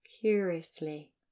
curiously